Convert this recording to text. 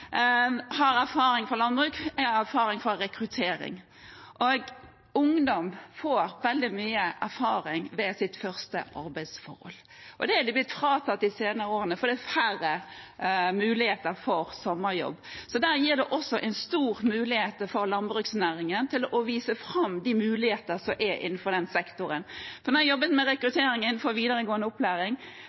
har erfaring fra landbruk og rekruttering. Ungdom får veldig mye erfaring ved sitt første arbeidsforhold. Det er mange blitt fratatt de senere årene, fordi det er færre muligheter for å få sommerjobb. Der gis landbruksnæringen en stor mulighet til å vise fram de muligheter som er innenfor den sektoren. Da jeg jobbet med rekruttering innen videregående opplæring,